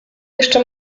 jeszcze